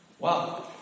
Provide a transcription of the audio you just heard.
Wow